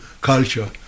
culture